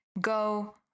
go